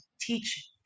teach